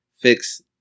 fix